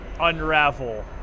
unravel